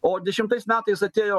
o dešimtais metais atėjo